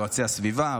יועצי הסביבה,